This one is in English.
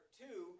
two